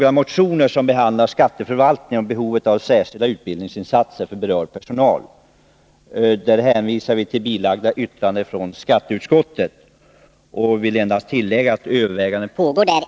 Med hänvisning till vad jag har anfört yrkar jag bifall till utskottets hemställan i samtliga delar och därmed avslag på de reservationer som finns redovisade i civilutskottets betänkande 1982/83:23.